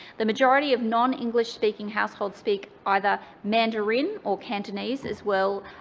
the majority of non-english speaking households speak either mandarin or cantonese as well,